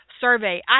survey